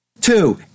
Two